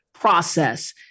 process